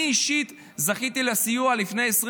אני אישית זכיתי לסיוע ממשרד הקליטה והעלייה